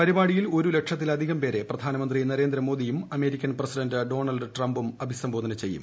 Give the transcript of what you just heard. പരിപാടിയിൽ ഒരു ലക്ഷത്തിലധികം പേരെ ് പ്രധാനമന്ത്രി നരേന്ദ്രമോദിയും അമേരിക്കൻ പ്രസിഡന്റ് ഡോണാൾഡ് ട്രംപും അഭിസംബോധന ചെയ്യും